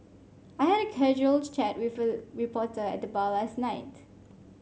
I had a casual chat with a reporter at the bar last night